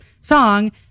song